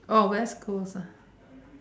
oh West coast ah